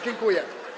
Dziękuję.